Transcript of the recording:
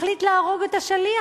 מחליט להרוג את השליח,